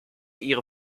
ihre